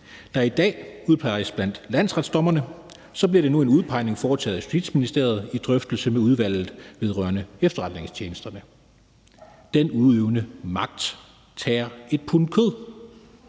der i dag udpeges blandt landsretsdommerne. Nu bliver det en udpegning foretaget i Justitsministeriet i drøftelse med Udvalget vedrørende Efterretningstjenesterne. Den udøvende magt tager et pund kød.